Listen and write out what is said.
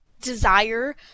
desire